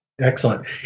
Excellent